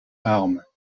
armes